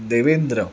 Devendra